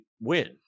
win